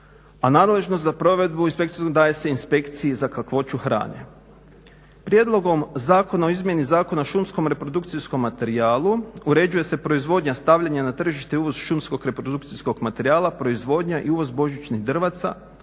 nadležnost za provedbu daje se Inspekciji za kakvoću hrane. Prijedlogom zakona o izmjeni Zakona o šumskom reprodukcijskom materijalu uređuje se proizvodnja stavljanja na tržište i uvoz šumskog reprodukcijskog materijala, proizvodnja i uvoz božićnih drvaca,